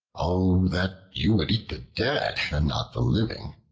oh! that you would eat the dead and not the living.